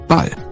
Ball